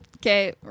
Okay